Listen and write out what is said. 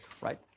right